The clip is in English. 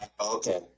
okay